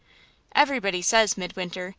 everybody says, midwinter,